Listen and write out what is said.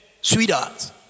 Sweetheart